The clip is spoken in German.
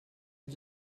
die